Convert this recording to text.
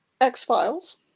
X-Files